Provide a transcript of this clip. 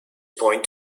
point